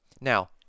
Now